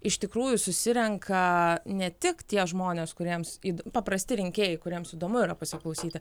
iš tikrųjų susirenka ne tik tie žmonės kuriems paprasti rinkėjai kuriems įdomu yra pasiklausyti